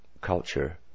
culture